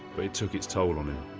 but it took its toll on him.